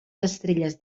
estrelles